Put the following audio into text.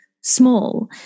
small